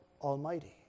Almighty